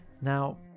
now